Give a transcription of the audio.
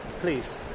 Please